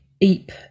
eep